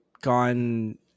gone